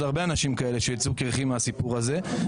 הרבה אנשים כאלה שיצאו "קרחיים" מהסיפור הזה.